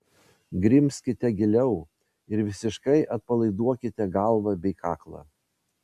grimzkite giliau ir visiškai atpalaiduokite galvą bei kaklą